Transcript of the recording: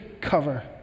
cover